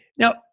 Now